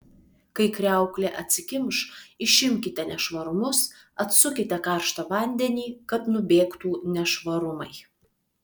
kai kriauklė atsikimš išimkite nešvarumus atsukite karštą vandenį kad nubėgtų nešvarumai